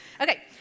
Okay